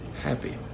happy